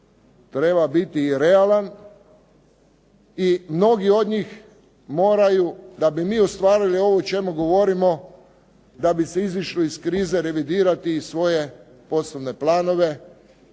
treba biti i realan i mnogi od njih moraju da bi mi ostvarili ovo o čemu govorimo, da bi se izišlo iz krize revidirati i svoje poslovne planove.